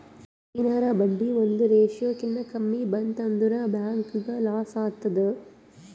ಎನಾರೇ ಬಡ್ಡಿ ಒಂದ್ ರೇಶಿಯೋ ಕಿನಾ ಕಮ್ಮಿ ಬಂತ್ ಅಂದುರ್ ಬ್ಯಾಂಕ್ಗ ಲಾಸ್ ಆತ್ತುದ್